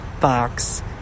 box